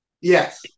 Yes